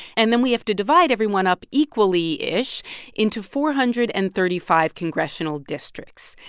and then we have to divide everyone up equally-ish into four hundred and thirty five congressional districts.